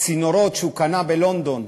צינורות שהוא קנה בלונדון,